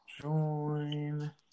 Join